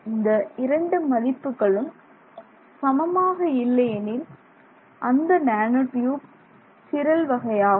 இந்த இரண்டு மதிப்புகளும் சமமாக இல்லையெனில் அந்த நேனோ டியூப் சிரல் வகையாகும்